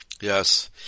Yes